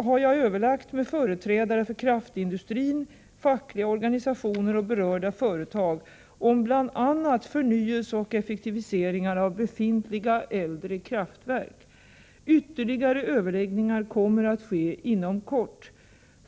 har jag överlagt med företrädare för kraftindustrin, fackliga organisationer och berörda företag om bl.a. förnyelse och effektiviseringar av befintliga äldre kraftverk. Ytterligare överläggningar kommer att ske inom kort.